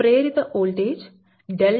ప్రేరిత voltage ∆Va 0